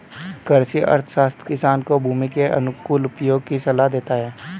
कृषि अर्थशास्त्र किसान को भूमि के अनुकूलतम उपयोग की सलाह देता है